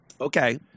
Okay